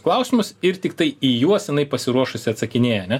klausimus ir tiktai į juos jinai pasiruošusi atsakinėja ane